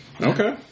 Okay